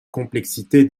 complexité